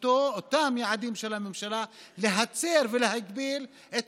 ואותם יעדים של הממשלה להצר ולהגביל את